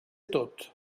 tot